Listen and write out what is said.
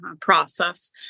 process